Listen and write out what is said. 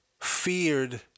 feared